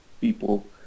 people